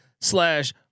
slash